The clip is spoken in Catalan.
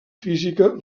física